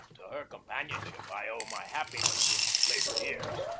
to her companionship i owe my happiness in later years.